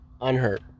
unhurt